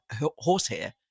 horsehair